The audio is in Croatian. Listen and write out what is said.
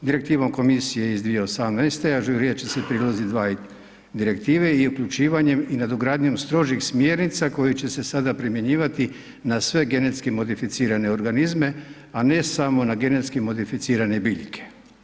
Direktivom komisije iz 2018. ažurirat će se prilozi 2 Direktive i uključivanjem i nadogradnjom strožih smjernica koji će se sada primjenjivati na sve genetski modificirane organizme, a ne samo na genetski modificirane biljke.